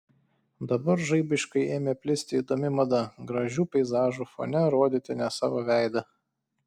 dabar žaibiškai ėmė plisti įdomi mada gražių peizažų fone rodyti ne savo veidą